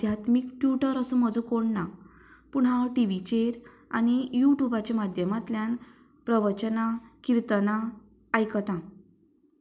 आध्यात्मीक ट्युटर असो म्हजो कोण ना पूण हांव टिविचेर आनी युट्यूबाच्या माध्ममांतल्यान प्रवचना किर्तना आयकतां